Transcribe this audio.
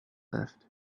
left